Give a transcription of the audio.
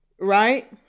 right